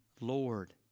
Lord